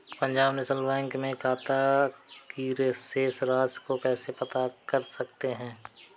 Punjab national bank में खाते की शेष राशि को कैसे पता कर सकते हैं?